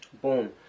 boom